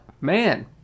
Man